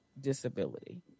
disability